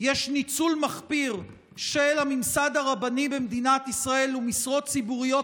יש ניצול מחפיר של הממסד הרבני במדינת ישראל ושל משרות ציבוריות